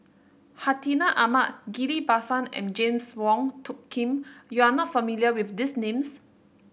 Hartinah Ahmad Ghillie Basan and James Wong Tuck Yim you are not familiar with these names